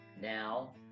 now